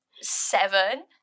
seven